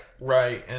Right